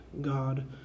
God